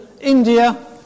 India